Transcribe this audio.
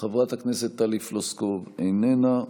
חברת הכנסת טלי פלוסקוב, איננה.